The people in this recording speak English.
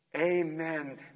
Amen